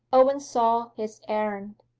owen saw his errand.